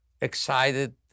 excited